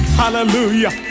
hallelujah